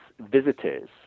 visitors